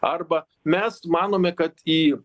arba mes manome kad į